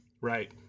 Right